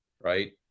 right